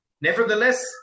Nevertheless